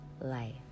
life